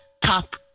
top